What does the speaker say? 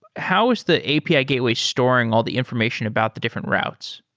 how is the api gateway storing all the information about the different routes?